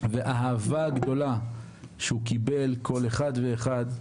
ראיתי את האהבה הגדולה שהוא קיבל כל אחד ואחד,